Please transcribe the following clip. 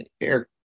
air